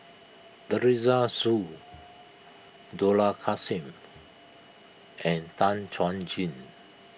Teresa Hsu Dollah Kassim and Tan Chuan Jin